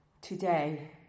today